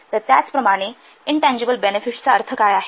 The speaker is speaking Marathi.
तर त्याच प्रकारे इनटँजिबल बेनेफिट्सचा अर्थ काय आहे